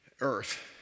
earth